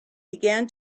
began